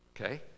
okay